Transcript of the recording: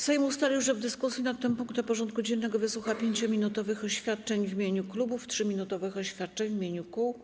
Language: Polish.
Sejm ustalił, że w dyskusji nad tym punktem porządku dziennego wysłucha 5-minutowych oświadczeń w imieniu klubów i 3-minutowych oświadczeń w imieniu kół.